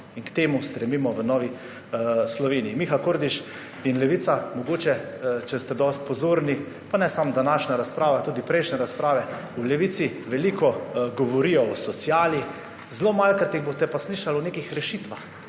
in k temu stremimo v Novi Sloveniji. Miha Kordiš in Levica, mogoče, če ste dosti pozorni, pa ne samo današnja razprava, tudi prejšnje razprave, v Levici veliko govorijo o sociali, zelo malokrat jih boste pa slišali o nekih rešitvah,